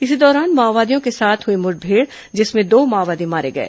इसी दौरान माओवादियों के साथ मुठभेड़ हुई जिसमें दो माओवादी मारे गए